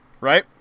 Right